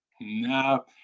No